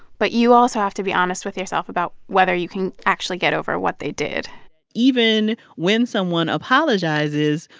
but you also have to be honest with yourself about whether you can actually get over what they did even when someone apologizes,